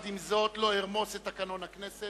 עם זאת, לא ארמוס את תקנון הכנסת.